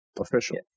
official